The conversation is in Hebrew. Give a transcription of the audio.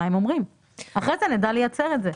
על מה הם אומרים ואחר כך נדע לייצר את זה.